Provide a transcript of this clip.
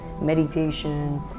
meditation